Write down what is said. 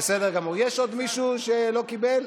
יש עוד מישהו שלא קיבל?